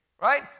right